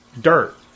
dirt